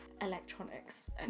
electronics